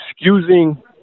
excusing